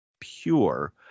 pure